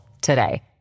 today